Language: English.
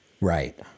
Right